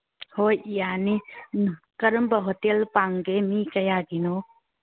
ꯍꯣꯏ ꯌꯥꯅꯤ ꯎꯝ ꯀꯔꯝꯕ ꯍꯣꯇꯦꯜ ꯄꯥꯝꯒꯦ ꯃꯤ ꯀꯌꯥꯒꯤꯅꯣ